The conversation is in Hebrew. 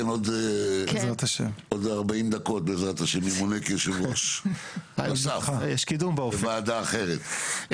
עוד 40 דקות בעזרת השם ימונה כיושב-ראש בוועדה אחרת.